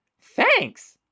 Thanks